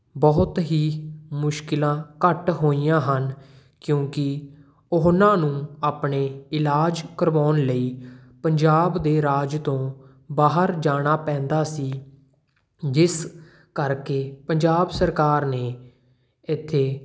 ਬਹੁਤ ਹੀ ਮੁਸ਼ਕਿਲਾਂ ਘੱਟ ਹੋਈਆਂ ਹਨ ਕਿਉਂਕਿ ਉਹਨਾਂ ਨੂੰ ਆਪਣੇ ਇਲਾਜ ਕਰਵਾਉਣ ਲਈ ਪੰਜਾਬ ਦੇ ਰਾਜ ਤੋਂ ਬਾਹਰ ਜਾਣਾ ਪੈਂਦਾ ਸੀ ਜਿਸ ਕਰਕੇ ਪੰਜਾਬ ਸਰਕਾਰ ਨੇ ਇੱਥੇ